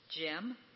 Jim